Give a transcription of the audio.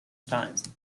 times